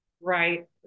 Right